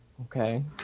Okay